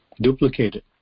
duplicated